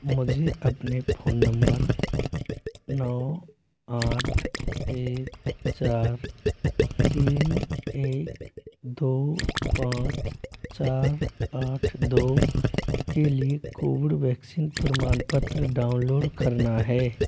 मुझे अपने फोन नंबर नौ आठ एक चार तीन एक दो पाँच चार आठ दो के लिए कोविड वैक्सीन प्रमाणपत्र डाउनलोड करना है